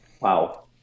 Wow